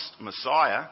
Messiah